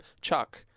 Chuck